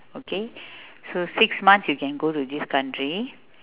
okay so six months you can go to this country